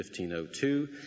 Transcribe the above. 1502